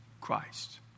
Christ